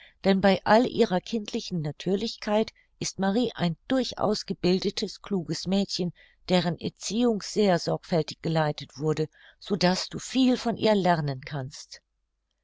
denn bei all ihrer kindlichen natürlichkeit ist marie ein durchaus gebildetes kluges mädchen deren erziehung sehr sorgfältig geleitet wurde so daß du viel von ihr lernen kannst